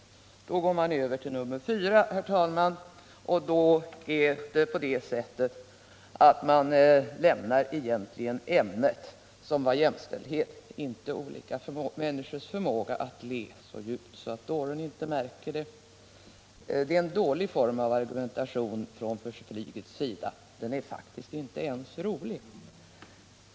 Sedan går man, herr talman, över till det fjärde argumentet, men då lämnar man egentligen ämnet som var jämställdhet och inte olika människors förmåga att le så djupt att dåren inte märker det. Det är en dålig argumentation från flygets sida. Den är faktiskt inte ens rolig.